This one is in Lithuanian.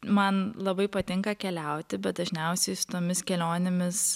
man labai patinka keliauti bet dažniausiai su tomis kelionėmis